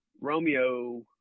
Romeo